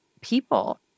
people